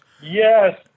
Yes